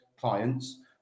clients